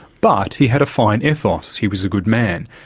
but he had a fine ethos, he was a good man.